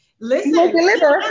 listen